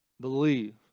believe